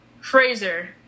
Fraser